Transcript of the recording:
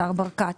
השר ברקת.